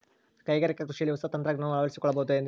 ಕೈಗಾರಿಕಾ ಕೃಷಿಯಲ್ಲಿ ಹೊಸ ತಂತ್ರಜ್ಞಾನವನ್ನ ಅಳವಡಿಸಿಕೊಳ್ಳಬಹುದೇ?